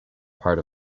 part